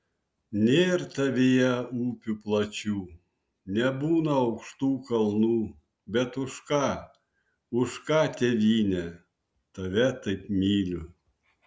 nėr tavyje upių plačių nebūna aukštų kalnų bet už ką už ką tėvyne tave taip myliu